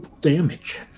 damage